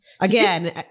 Again